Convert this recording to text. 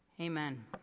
Amen